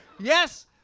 Yes